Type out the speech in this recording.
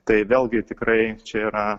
tai vėlgi tikrai čia yra